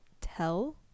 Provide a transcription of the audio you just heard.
tell